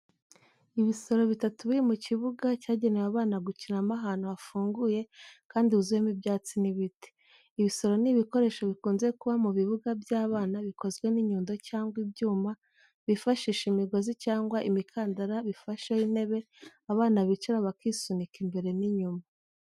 Ibisoro bitatu biri mu kibuga cyagenewe abana gukiniramo ahantu hafunguye kandi huzuyemo ibyatsi n’ibiti. Ibisoro ni ibikoresho bikunze kuba mu bibuga by’abana bikozwe n'inyundo cyangwa ibyuma bifashisha imigozi cyangwa imikandara bifasheho intebe abana bicara bakisunika imbere n’inyuma.